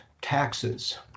taxes